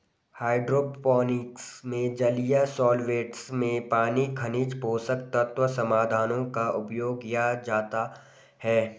hydroponics में जलीय solvents में पानी खनिज पोषक तत्व समाधानों का उपयोग किया जाता है